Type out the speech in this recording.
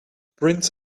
prince